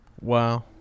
Wow